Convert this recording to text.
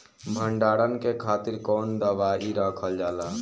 भंडारन के खातीर कौन दवाई रखल जाला?